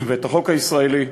ואת החוק הישראלי,